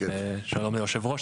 שלום ליו"ר,